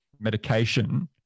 medication